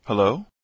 Hello